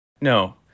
No